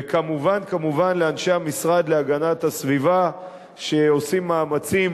וכמובן כמובן לאנשי המשרד להגנת הסביבה שעושים מאמצים